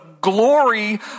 glory